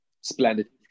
Splendid